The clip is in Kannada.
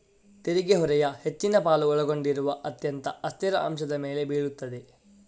ತೆರಿಗೆ ಹೊರೆಯ ಹೆಚ್ಚಿನ ಪಾಲು ಒಳಗೊಂಡಿರುವ ಅತ್ಯಂತ ಅಸ್ಥಿರ ಅಂಶದ ಮೇಲೆ ಬೀಳುತ್ತದೆ